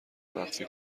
مخفی